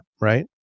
right